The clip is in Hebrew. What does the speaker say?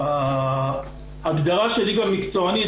ההגדרה של ליגה מקצוענית,